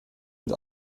mit